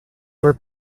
were